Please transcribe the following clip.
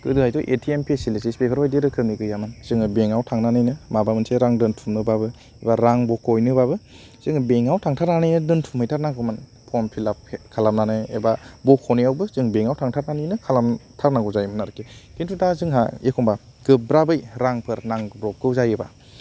गोदोहायथ' ATM facilities बेफोरबायदि रोखोमनि गैयामोन जोङो बेंकआव थांनानैनो माबा मोनसे रां दोनथुमनोबाबो एबा रां बख'हैनोबाबो जोङो बेंकआव थांथारनानै दोनथुम हैथारनांगौमोन फर्म फिलाप खालामनानै एबा बख'नायावबो जों बेंकआव थांथारनानैनो खालामथारनांगौ जायोमोन आरोखि खिन्थु दा जोंहा एखनबा गोब्राबै रांफोर नांब्र'बगौ जायोबा